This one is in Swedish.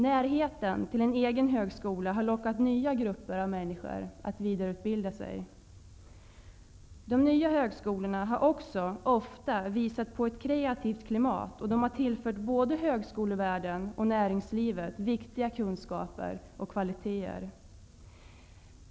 Närheten till en egen högskola har lockat nya grupper av människor att vidareutbilda sig. De nya högskolorna har också ofta visat på ett kreativt klimat, och de har tillfört både högskolevärlden och näringslivet viktiga kunskaper och kvaliteter.